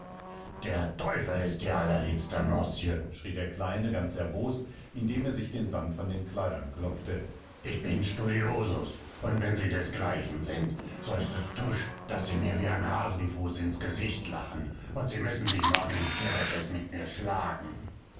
der teufel ist ihr allerliebster mosje schrie der kleine ganz erbost indem er sich den sand von den kleidern klopfte ich bin studiosus und wenn sie desgleichen sind so ist es tusch daß sie mir wie ein hasenfuß ins gesicht lachen und sie müssen sich morgen in kerepes mit mir schlagen